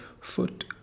foot